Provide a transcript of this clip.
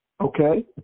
Okay